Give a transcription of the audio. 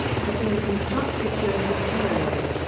to have been constructed during this period.